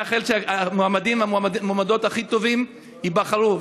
מאחל שהמועמדים והמועמדות הכי טובים ייבחרו,